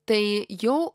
tai jau